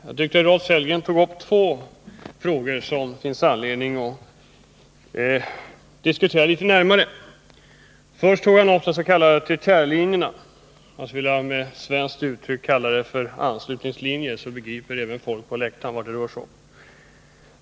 Fru talman! Rolf Sellgren tog upp två frågor som det finns anledning att diskutera litet närmare. Först berörde han de s.k. tertiärlinjerna — med ett svenskt uttryck skulle jag vilja kalla dem för anslutningslinjer, och då begriper även folk på läktaren vad det rör sig om.